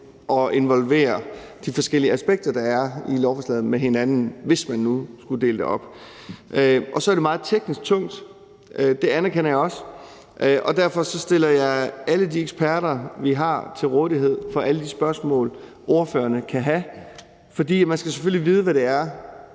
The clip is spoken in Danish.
at involvere de forskellige aspekter, der er i lovforslaget, med hinanden, altså hvis man nu skulle dele det op. Og så er det meget teknisk tungt, og det anerkender jeg også, og derfor stiller jeg alle de eksperter, vi har, til rådighed for alle de spørgsmål, ordførerne kan have, for man skal selvfølgelig vide, hvad det er,